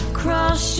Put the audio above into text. cross